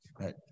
right